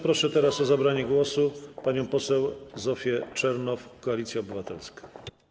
Proszę o zabranie głosu panią poseł Zofię Czernow, Koalicja Obywatelska.